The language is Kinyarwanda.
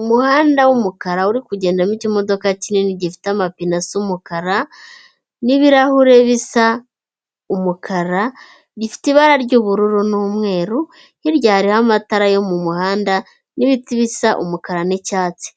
Umuhanda w'umukara uri kugendamo ikimodoka kinini gifite amapine asa umukara, n'ibirahure bisa umukara, gifite ibara ry'ubururu n'umweru, hirya hariho amatara yo mu muhanda, n'ibiti bisa umukara n'icyatsi.